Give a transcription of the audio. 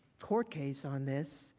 court case on this.